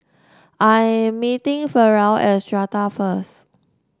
I meeting Ferrell at Strata first